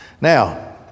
Now